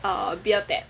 err beer taps